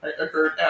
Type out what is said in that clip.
occurred